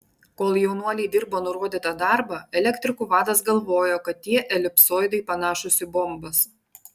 kol jaunuoliai dirbo nurodytą darbą elektrikų vadas galvojo kad tie elipsoidai panašūs į bombas